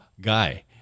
guy